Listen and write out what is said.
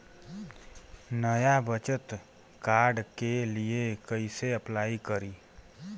नया बचत कार्ड के लिए कइसे अपलाई करी?